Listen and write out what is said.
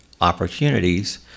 opportunities